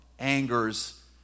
Angers